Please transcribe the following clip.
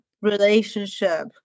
relationship